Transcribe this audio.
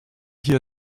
hier